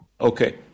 Okay